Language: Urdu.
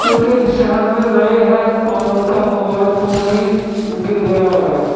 کیوںکہ اس شہر میں نئے ہیں اور ان کا موبائل فون بھی گر گیا ہے